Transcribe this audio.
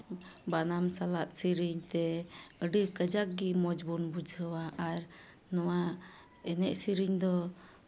ᱵᱟᱱᱟᱢ ᱥᱟᱞᱟᱜ ᱥᱮᱨᱮᱧ ᱛᱮ ᱟᱹᱰᱤ ᱠᱟᱡᱟᱠ ᱜᱮ ᱢᱚᱡᱽ ᱵᱚᱱ ᱵᱩᱡᱷᱟᱹᱣᱟ ᱟᱨ ᱱᱚᱣᱟ ᱮᱱᱮᱡ ᱥᱮᱨᱮᱧ ᱫᱚ